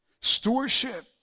Stewardship